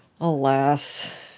Alas